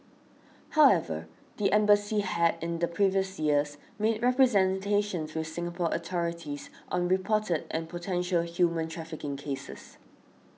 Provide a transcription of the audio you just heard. however the embassy had in the previous years made representations with Singapore authorities on reported and potential human trafficking cases